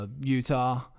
Utah